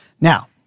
Now